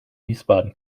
wiesbaden